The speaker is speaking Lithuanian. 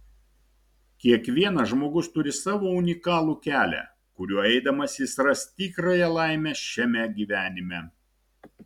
kiekvienas žmogus turi savo unikalų kelią kuriuo eidamas jis ras tikrąją laimę šiame gyvenime